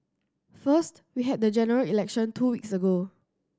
first we had the General Election two weeks ago